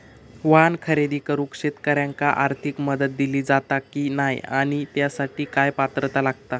वाहन खरेदी करूक शेतकऱ्यांका आर्थिक मदत दिली जाता की नाय आणि त्यासाठी काय पात्रता लागता?